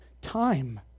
time